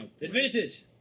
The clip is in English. Advantage